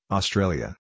Australia